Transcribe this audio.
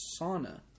sauna